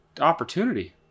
opportunity